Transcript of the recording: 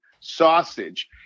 sausage